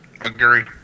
Agreed